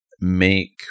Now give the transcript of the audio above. make